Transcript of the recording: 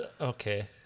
okay